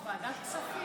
ועדת הכנסת.